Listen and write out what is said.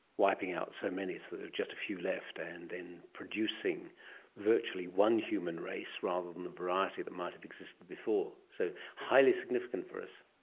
wiping out so many so that there were just a few left, and then producing virtually one human race rather than the variety that might have existed before. so, highly significant for us.